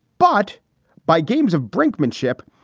but by games of brinkmanship,